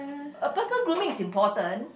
a personal grooming is important